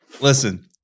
Listen